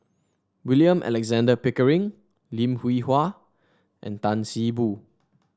William Alexander Pickering Lim Hwee Hua and Tan See Boo